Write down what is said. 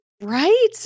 Right